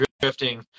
drifting